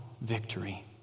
victory